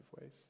ways